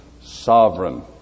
sovereign